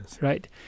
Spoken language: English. right